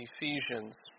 Ephesians